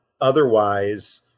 otherwise